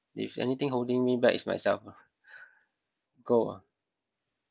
if anything holding me back is myself lah goal ah